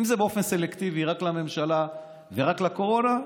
אם זה באופן סלקטיבי רק לממשלה ורק לקורונה,